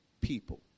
people